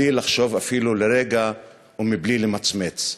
בלי לחשוב אפילו לרגע ובלי למצמץ.